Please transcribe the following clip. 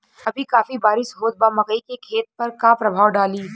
अभी काफी बरिस होत बा मकई के खेत पर का प्रभाव डालि?